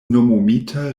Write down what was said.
nomumita